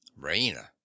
Raina